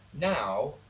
now